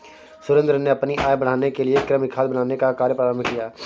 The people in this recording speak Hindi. सुरेंद्र ने अपनी आय बढ़ाने के लिए कृमि खाद बनाने का कार्य प्रारंभ किया